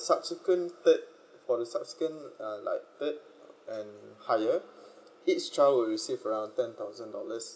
subsequent third uh subsequent third and higher each child will receive around ten thousand dollars